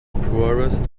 poorest